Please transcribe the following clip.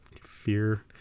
fear